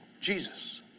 Jesus